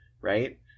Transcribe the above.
right